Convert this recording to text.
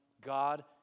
God